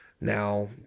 now